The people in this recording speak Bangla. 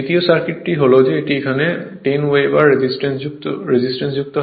দ্বিতীয় সার্কিট হল যেটি এখানে 10 ওভারের রেজিস্ট্যান্স যুক্ত